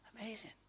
Amazing